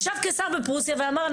בפרוסיה ואמר,